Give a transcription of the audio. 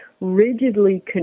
rigidly